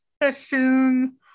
assume